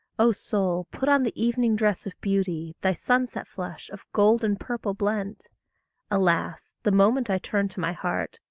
o soul, put on the evening dress of beauty, thy sunset-flush, of gold and purple blent alas, the moment i turn to my heart,